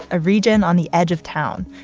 a region on the edge of town.